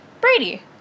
Brady